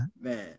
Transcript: man